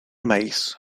maíz